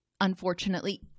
unfortunately